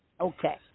Okay